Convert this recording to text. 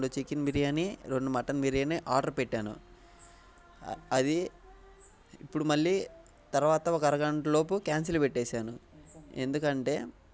రెండు చికెన్ బిర్యానీ రెండు mutton biryani order పెట్టాను అది ఇప్పుడు మళ్ళీ తరువాత ఒక అరగంటలోపు క్యాన్సిల్ పెట్టేసాను ఎందుకంటే